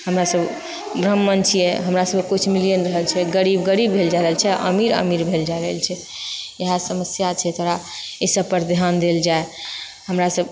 हमरा सब ब्राह्मण छियै हमरा सबकेँ किछु मिलिए नहि रहल छै गरीब गरीब भेल जाय रहल छै आ अमीर अमीर भेल जाए रहल छै इहए समस्या छै थोड़ा ई सब पर ध्यान देल जाए हमरा सब